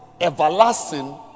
everlasting